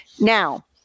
Now